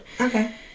Okay